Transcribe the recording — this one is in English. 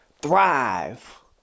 Thrive